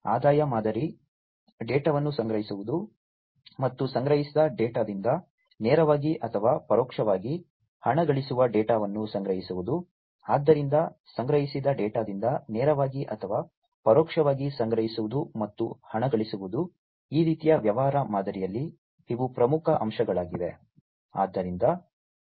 ಆದಾಯ ಮಾದರಿ ಡೇಟಾವನ್ನು ಸಂಗ್ರಹಿಸುವುದು ಮತ್ತು ಸಂಗ್ರಹಿಸಿದ ಡೇಟಾದಿಂದ ನೇರವಾಗಿ ಅಥವಾ ಪರೋಕ್ಷವಾಗಿ ಹಣಗಳಿಸುವ ಡೇಟಾವನ್ನು ಸಂಗ್ರಹಿಸುವುದು ಆದ್ದರಿಂದ ಸಂಗ್ರಹಿಸಿದ ಡೇಟಾದಿಂದ ನೇರವಾಗಿ ಅಥವಾ ಪರೋಕ್ಷವಾಗಿ ಸಂಗ್ರಹಿಸುವುದು ಮತ್ತು ಹಣಗಳಿಸುವುದು ಈ ರೀತಿಯ ವ್ಯವಹಾರ ಮಾದರಿಯಲ್ಲಿ ಇವು ಪ್ರಮುಖ ಅಂಶಗಳಾಗಿವೆ